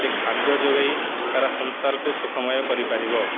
ସେ ଖାଦ୍ୟ ଯୋଗେଇ ସାରା ସଂସାରକୁ ସୁଖମୟ କରିପାରିବ